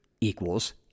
equals